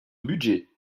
budget